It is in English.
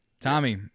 Tommy